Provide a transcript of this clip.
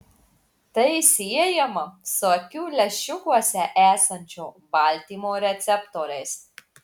tai siejama su akių lęšiukuose esančio baltymo receptoriais